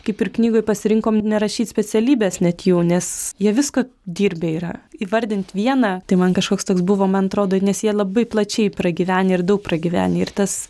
kaip ir knygoj pasirinkom nerašyt specialybės net jų nes jie visko dirbę yra įvardint vieną tai man kažkoks toks buvo man atrodo nes jie labai plačiai pragyvenę ir daug pragyvenę ir tas